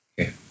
Okay